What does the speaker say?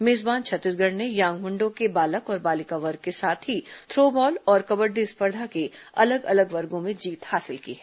मेजबान छत्तीसगढ़ ने यांग मुंडो के बालक और बालिका वर्ग के साथ ही थ्रो बॉल और कबड्डी स्पर्धा के अलग अलग वर्गों में जीत हासिल की है